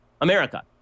America